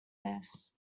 this